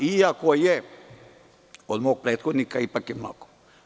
Iako je od mog prethodnika, ipak je mnogo.